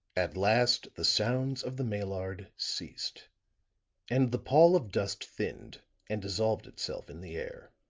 at last the sounds of the maillard ceased and the pall of dust thinned and dissolved itself in the air.